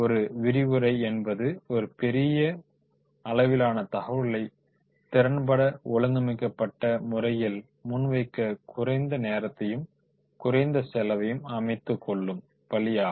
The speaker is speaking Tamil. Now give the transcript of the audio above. ஒரு விரிவுரை என்பது ஒரு பெரிய அளவிலான தகவல்களை திறன்பட ஒழுங்கமைக்கப்பட்ட முறையில் முன்வைக்க குறைந்த நேரத்தையும் குறைந்த செலவையும் அமைத்துக் கொள்ளும் வழியாகும்